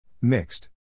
Mixed